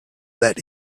that